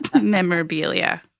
memorabilia